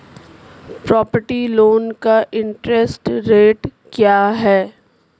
Property loan का interest rate क्या है?